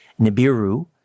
Nibiru